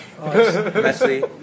Messy